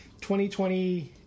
2020